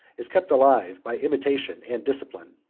is kept alive by imitation and discipline.